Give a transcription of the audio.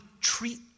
treat